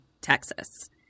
Texas